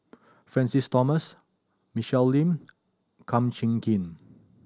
Francis Thomas Michelle Lim Kum Chee Kin